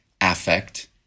affect